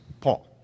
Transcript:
Paul